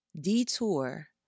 detour